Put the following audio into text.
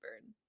burn